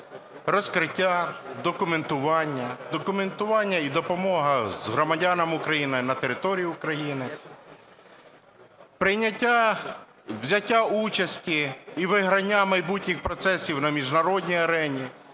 документування, документування і допомога громадянам України на території України, взяття участі і виграння майбутніх процесів на міжнародній арені,